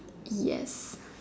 yes